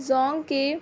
زونگ کی